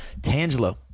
Tangelo